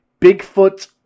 Bigfoot